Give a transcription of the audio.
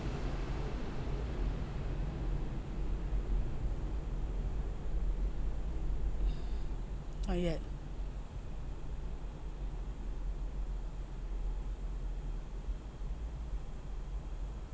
not yet